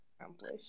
accomplish